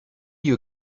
you